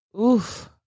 Oof